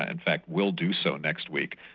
ah in fact will do so next week,